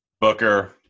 Booker